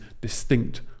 distinct